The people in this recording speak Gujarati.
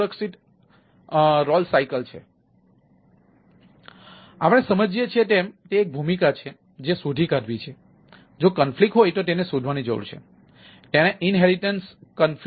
તેથી આપણે સમજીએ છીએ તેમ તે એક ભૂમિકા છે જે શોધી કાઢવી છે